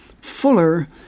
fuller